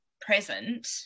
present